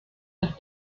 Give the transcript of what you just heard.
los